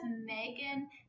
megan